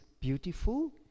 beautiful